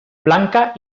blanca